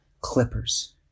clippers